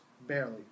Barely